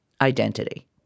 identity